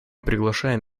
приглашаем